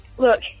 Look